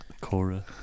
Cora